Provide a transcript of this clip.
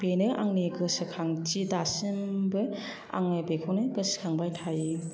बेनो आंनि गोसोखांथि दासिमबो आङो बेखौनो गोसोखांबाय थायो